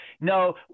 no